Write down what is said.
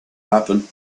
happen